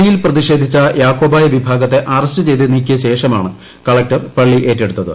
പള്ളിയിൽ പ്രതിഷേധിച്ചു യാക്കോബായ വിഭാഗത്തെ അറസ്റ്റ് ചെയ്തു നീക്കിയ ശേഷമാണ് കളക്ടർ പള്ളി ഏറ്റെടുത്തത്